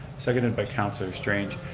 seconded by councilor strange.